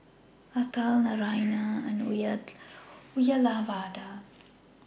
Atal Naraina and Uyyalawada